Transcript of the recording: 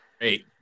great